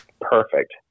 Perfect